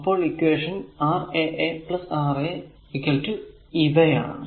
അപ്പോൾ ഈ equation Ra a R a ഇവയാണ്